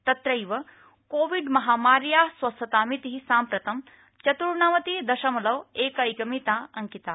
तत्रैव कोविड महामार्या स्वस्थतामिति साम्प्रतं चतुर्णवति दशमलव एकैकमिता अंकिता